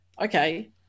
okay